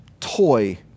toy